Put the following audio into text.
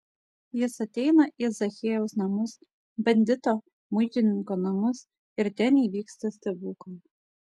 jis ateina į zachiejaus namus bandito muitininko namus ir ten įvyksta stebuklai